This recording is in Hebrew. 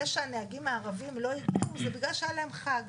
שהנהגים הערבים לא הגיעו זה בגלל שהיה להם חג,